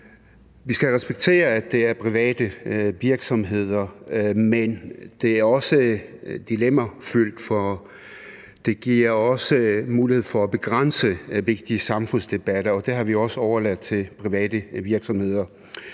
Vi skal respektere, at det er private virksomheder, men det er dilemmafyldt, for det giver også mulighed for at begrænse vigtige samfundsdebatter, og det har vi også overladt til private virksomheder.